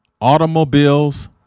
Automobiles